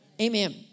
Amen